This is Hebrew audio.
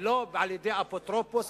ולא על-ידי אפוטרופוס,